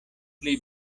pli